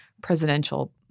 presidential